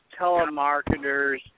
telemarketers